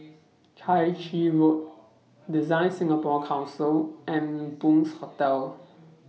Chai Chee Road DesignSingapore Council and Bunc Hostel